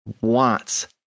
wants